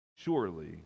Surely